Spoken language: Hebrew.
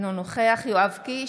אינו נוכח יואב קיש,